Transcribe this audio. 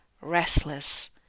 restless